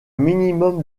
minimum